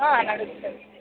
ఆయన అడుగుతాడు